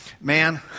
Man